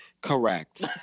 correct